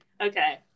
Okay